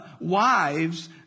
wives